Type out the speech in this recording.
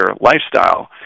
lifestyle